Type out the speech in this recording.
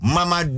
Mama